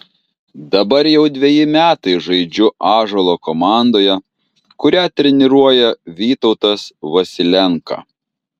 dabar jau dveji metai žaidžiu ąžuolo komandoje kurią treniruoja vytautas vasilenka